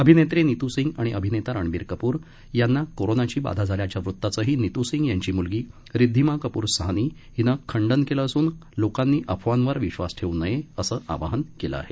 अभिनेत्री नितू सिंग आणि अभिनेता रणबीर कपूर यांना कोरोनाची बाधा झाल्याच्या वृताचंही नितू सिंग यांची म्लगी रिध्दीमा कपूर सहानी हिनं खंडन केलं असून लोकांनी अफवांवर विश्वास ठेवू नये असं आवाहन केलं आहे